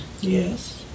Yes